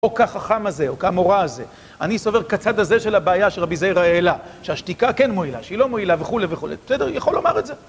או כחכם הזה, או כמורה הזה אני סובר כצד הזה של הבעיה שרבי זיירה העלה שהשתיקה כן מועילה, שהיא לא מועילה וכולי וכולי בסדר? יכול לומר את זה?